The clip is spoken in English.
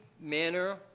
manner